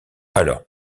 alors